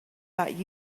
that